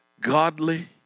godly